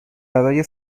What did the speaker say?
برای